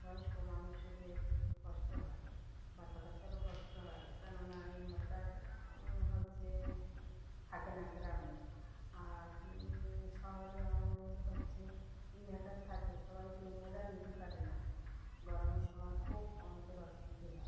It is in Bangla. বয়স্ক মানুষদের কষ্ট হয় বাচ্চা কাচ্চারও কষ্ট হয় কেন না ইনভার্টার হচ্ছে থাকে না গ্রামে আর শহরে আমাদের হচ্ছে ইনভার্টার থাকে সবাই তো ইনভার্টার নিতে পারে না গরমের সময় খুব আমাদের অসুবিধে হয়